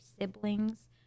siblings